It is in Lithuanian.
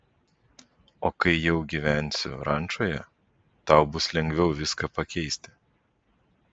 o kai jau gyvensiu rančoje tau bus lengviau viską pakeisti